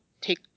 take